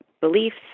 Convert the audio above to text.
beliefs